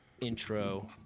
intro